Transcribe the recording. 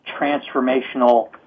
transformational